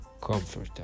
comforter